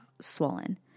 swollen